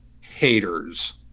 haters